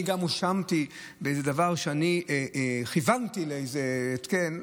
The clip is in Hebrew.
אני גם הואשמתי באיזה דבר שאני כיוונתי לאיזה התקן.